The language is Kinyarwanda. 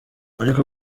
ariko